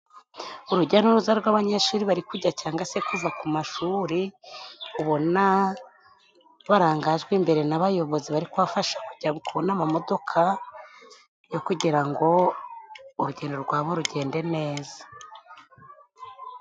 Urujya n'uruza rw'abanyeshuri bari kujya cyangwa se kuva ku mashuri, ubona barangajwe imbere n'abayobozi bari kubafasha kujya kubona amamodoka yo kugirango urugendo rwabo rugende neza.